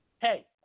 hey